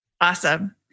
Awesome